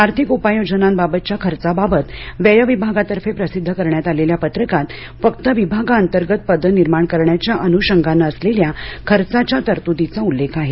आर्थिक उपाययोजनांबाबतच्या खर्चाबाबत व्यय विभागातर्फे प्रसिद्ध करण्यात आलेल्या पत्रकात फक्त विभागाअंतर्गत पदं निर्माण करण्याच्या अनुषंगानं असलेल्या खर्चाच्या तरतुदीचा उल्लेख आहे